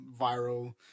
viral